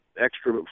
extra